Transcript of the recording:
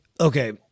okay